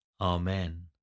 Amen